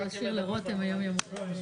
וזה לשיקולכם,